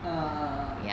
err